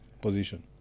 position